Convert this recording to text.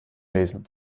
lesen